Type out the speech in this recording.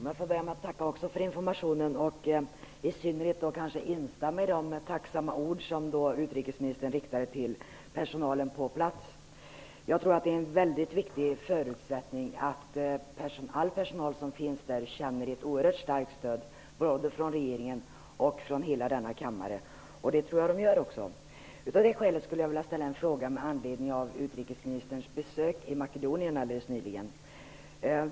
Fru talman! Jag får också börja med att tacka för informationen. Jag vill särskilt instämma i de tacksamma ord som utrikesministern riktade till personalen på plats. Jag tror att en mycket viktig förutsättning är att all personal som finns där känner ett oerhört starkt stöd från regeringen och från hela denna kammare, och det tror jag att den gör. Mot den bakgrunden skulle jag vilja ställa en fråga med anledning av utrikesministerns besök i Makedonien alldeles nyligen.